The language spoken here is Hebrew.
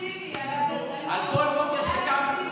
יגידו אופטימי, משה סעדה?